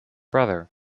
brother